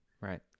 Right